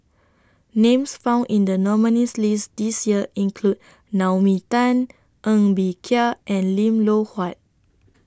Names found in The nominees list This Year include Naomi Tan Ng Bee Kia and Lim Loh Huat